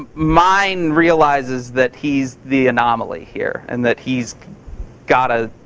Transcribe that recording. mine realizes that he's the anomaly here, and that he's gotta.